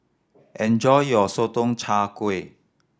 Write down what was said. enjoy your Sotong Char Kway